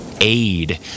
Aid